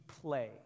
play